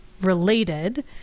related